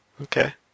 Okay